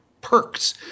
perks